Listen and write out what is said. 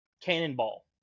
cannonball